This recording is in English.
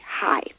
high